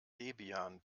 debian